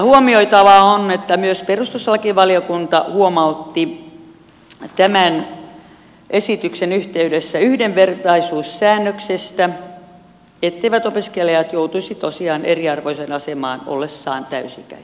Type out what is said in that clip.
huomioitavaa on että myös perustuslakivaliokunta huomautti tämän esityksen yhteydessä yhdenvertaisuussäännöksestä etteivät opiskelijat joutuisi tosiaan eriarvoiseen asemaan ollessaan täysi ikäisiä